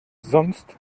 sonst